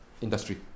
industry